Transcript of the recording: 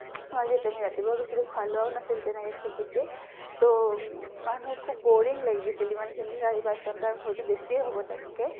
আৰু যিহেতু আমি ৰাতিপুৱাই গৈছিলোঁ খোৱা লোৱাও নাছিল তেনেকৈ খুব বেছি তহ মানুহ খুব বৰিং লাগিব গৈছিল ইমানখিনি চাৰি পাঁচ ঘণ্টা হয়তো বেছিয়ে হ'ব তাতকৈ